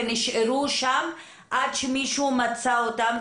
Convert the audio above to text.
ונשארו שם עד שמישהו מצא אותם,